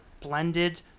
blended